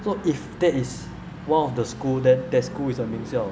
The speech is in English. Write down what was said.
so if that is one of the school then that school is a 名校